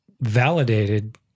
validated